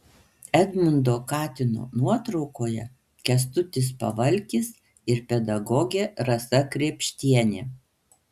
edmundo katino nuotraukoje kęstutis pavalkis ir pedagogė rasa krėpštienė